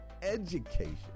education